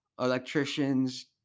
electricians